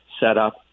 setup